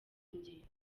ingendo